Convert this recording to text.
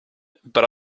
but